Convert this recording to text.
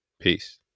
Peace